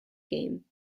game